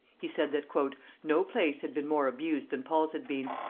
he said that no place had been more abused than paul's had been,